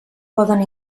poden